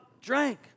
drank